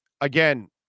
Again